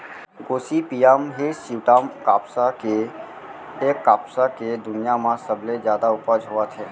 Gossypium हिरस्यूटॅम कपसा आज ए कपसा के दुनिया म सबले जादा उपज होवत हे